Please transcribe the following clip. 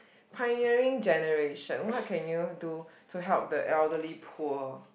pioneering generation what can you do to help the elderly poor